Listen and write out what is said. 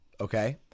Okay